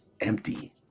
empty